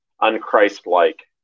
unchrist-like